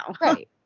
Right